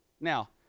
Now